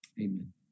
Amen